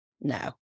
no